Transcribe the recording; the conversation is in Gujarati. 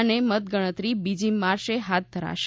અને મતગણતરી બીજી માર્યે હાથ ધરાશે